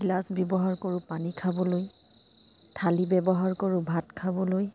গিলাচ ব্যৱহাৰ কৰোঁ পানী খাবলৈ থালি ব্যৱহাৰ কৰোঁ ভাত খাবলৈ